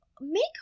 make